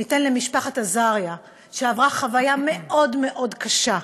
ניתן למשפחה אזריה, שעברה חוויה מאוד מאוד קשה,